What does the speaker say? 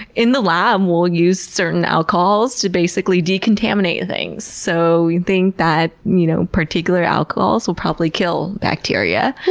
in the lab, we'll use certain alcohols to basically decontaminate things, so you'd think that you know particular alcohols will probably kill bacteria.